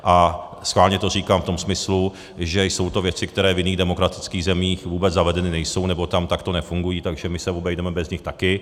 A schválně to říkám v tom smyslu, že jsou to věci, které v jiných demokratických zemích vůbec zavedeny nejsou nebo tam takto nefungují, takže my se obejdeme bez nich taky.